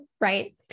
right